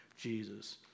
Jesus